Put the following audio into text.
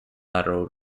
lateral